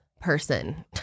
person